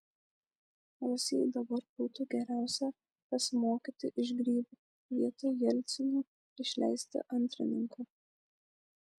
rusijai dabar būtų geriausia pasimokyti iš grybų vietoj jelcino išleisti antrininką